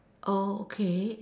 oh okay